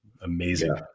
amazing